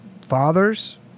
fathers